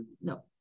No